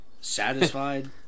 Satisfied